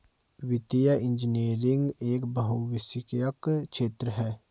वित्तीय इंजीनियरिंग एक बहुविषयक क्षेत्र है